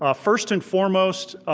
ah first and foremost,